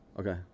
Okay